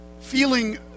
feeling